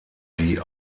die